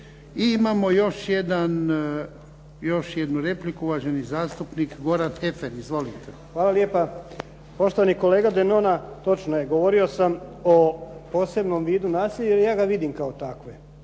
I imamo još jednu repliku, uvaženi zastupnik Goran Heffer. Izvolite. **Heffer, Goran (SDP)** Hvala lijepa. Poštovani kolega Denona, točno je govorio sam o posebnom vidu nasilja i ja ga vidim kao takve,